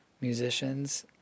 musicians